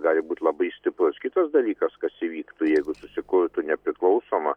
gali būt labai stiprus kitas dalykas kas įvyktų jeigu susikurtų nepriklausoma